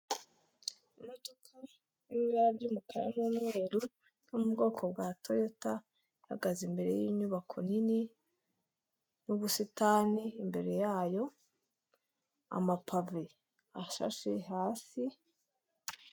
Imodoka iri mu ibara ry'umukara n'umweru yo mu bwoko bwa toyota ihagaze imbere y'inyubako nini n'ubusitani imbere yayo amapave ashashe hasi.